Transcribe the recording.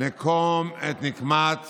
נקום את נקמת